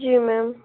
जी ma'am